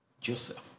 Joseph